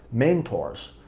mentors,